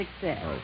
success